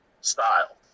style